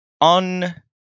On